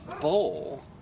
bowl